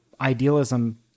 idealism